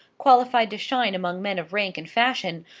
qualified to shine among men of rank and fashion,